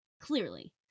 Clearly